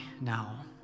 now